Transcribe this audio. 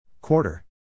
Quarter